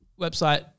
website